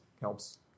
helps